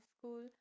school